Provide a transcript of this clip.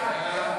חמד עמאר,